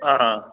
ꯑꯥ ꯑꯥ